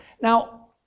Now